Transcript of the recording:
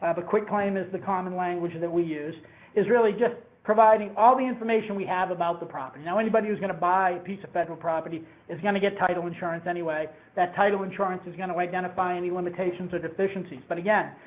quitclaim is the common language that we use is really just providing all the information we have about the property. now, anybody who's going to buy a piece of federal property is going to get title insurance anyway. that title insurance is going to identify any limitations or deficiencies, but again,